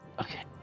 Okay